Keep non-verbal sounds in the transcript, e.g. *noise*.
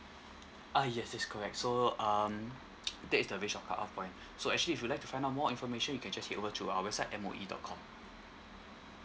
uh yes yes correct so um that is the range of cut off point *breath* so actually if you would like to find out more information you can just head over to our website M_O_E dot com